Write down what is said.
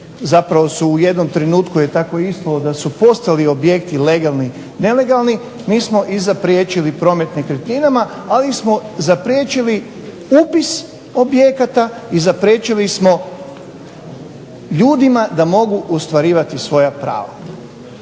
zapravo u jednom trenutku je tako ispalo da su postali objekti legalni nelegalni, mi smo i zapriječili promet nekretninama, ali smo zapriječili upis objekata i zapriječili smo ljudima da mogu ostvarivati svoja prava.